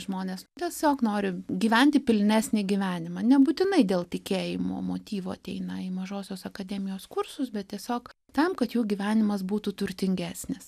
žmonės tiesiog nori gyventi pilnesnį gyvenimą nebūtinai dėl tikėjimo motyvo ateina į mažosios akademijos kursus bet tiesiog tam kad jų gyvenimas būtų turtingesnis